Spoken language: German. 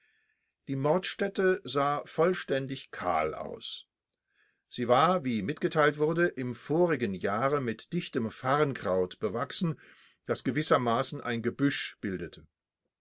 die mordstätte sah vollständig kahl aus sie war wie mitgeteilt wurde im vorigen jahre mit dichtem farnkraut bewachsen wachsen das gewissermaßen ein gebüsch bildete